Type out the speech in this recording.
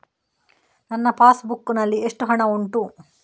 ನನ್ನ passbook ನಲ್ಲಿ ಎಷ್ಟು ಹಣ ಉಂಟು?